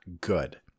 good